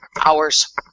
hours